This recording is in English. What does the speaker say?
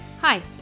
Hi